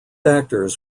actors